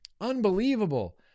Unbelievable